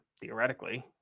theoretically